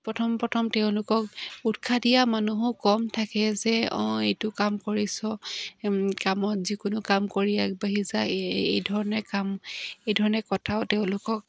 প্ৰথম প্ৰথম তেওঁলোকক উৎসাহ দিয়া মানুহো কম থাকে যে অঁ এইটো কাম কৰিছ কামত যিকোনো কাম কৰি আগবাঢ়ি যায় এইধৰণে কাম এইধৰণে কথাও তেওঁলোকক